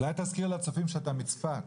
אולי תזכיר לצופים שאתה מצפת.